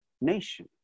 nation